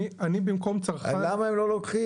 למה הם לא לוקחים?